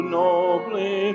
nobly